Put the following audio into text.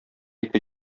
ике